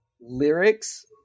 lyrics